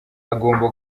agomba